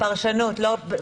בפרשנות או בכתוב?